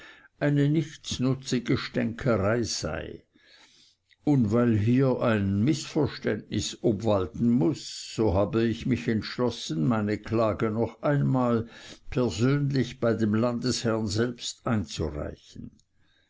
eine nichtsnutzige stänkerei sei und weil hier ein mißverständnis obwalten muß so habe ich mich entschlossen meine klage noch einmal persönlich bei dem landesherrn selbst einzureichen